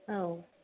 औ